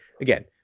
again